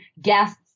guests